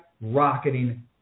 rocketing